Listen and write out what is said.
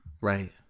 Right